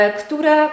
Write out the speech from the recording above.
które